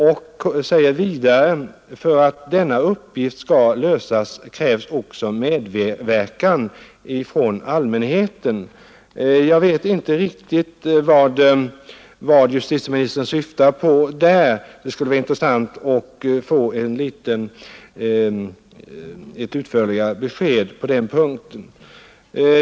Vidare säger han: ”För att denna uppgift skall lösas krävs också medverkan från allmänheten.” Jag förstår inte riktigt vad justitieministern syftar på. Det skulle vara intressant att få ett utförligare besked på den punkten.